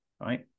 right